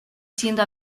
siendo